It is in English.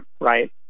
right